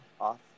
off